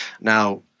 Now